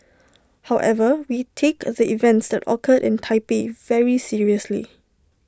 however we take the events that occurred in Taipei very seriously